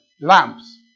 lamps